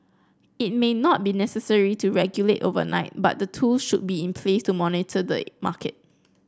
it may not be necessary to regulate overnight but the tool should be in place to monitor the market